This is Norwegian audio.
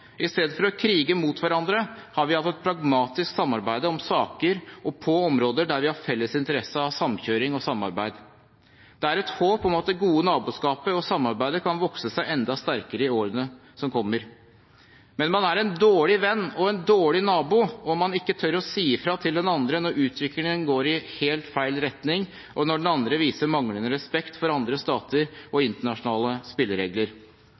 å krige mot hverandre har vi hatt et pragmatisk samarbeid om saker og på områder der vi har felles interesse av samkjøring og samarbeid. Det er et håp om at det gode naboskapet og samarbeidet kan vokse seg enda sterkere i årene som kommer. Men man er en dårlig venn og en dårlig nabo om man ikke tør å si fra til den andre når utviklingen går i helt feil retning, og når den andre viser manglende respekt for andre stater og internasjonale spilleregler.